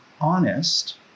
honest